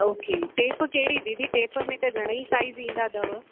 okay tape कहिड़ी दीदी tape में त घणईं साइज ईंदा अथव